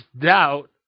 doubt